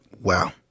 Wow